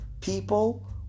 people